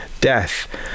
death